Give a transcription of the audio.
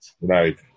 Right